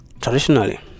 Traditionally